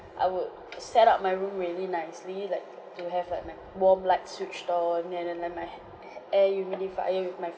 I would set up my room really nicely like to have like my warm light switched on and then let my h~ h~ air humidifier with my